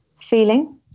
feeling